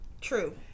True